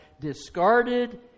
discarded